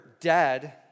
dead